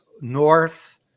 North